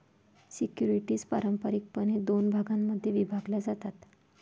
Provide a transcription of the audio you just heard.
securities पारंपारिकपणे दोन भागांमध्ये विभागल्या जातात